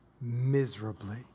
miserably